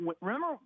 Remember